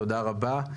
תודה רבה.